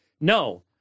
No